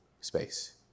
space